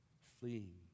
fleeing